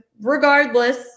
regardless